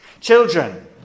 Children